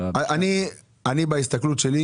אני, בהסתכלות שלי